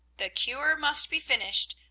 the cure must be finished,